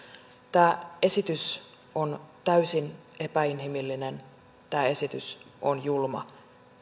tämä esitys on täysin epäinhimillinen tämä esitys on julma